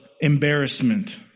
embarrassment